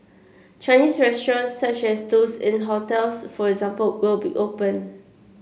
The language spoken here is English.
Chinese restaurant such as those in hotels for example will be open